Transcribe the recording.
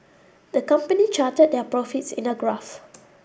the company charted their profits in a graph